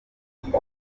nyuma